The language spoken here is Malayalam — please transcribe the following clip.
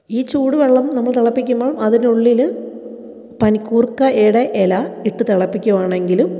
ഈ ചൂടുവെള്ളം നമ്മൾ തിളപ്പിക്കുമ്പം അതിനുള്ളിൽ പനികൂർക്കയുടെ ഇല ഇട്ട് തിളപ്പിക്കുകയാണെങ്കിലും